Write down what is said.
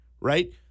right